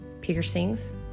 Piercings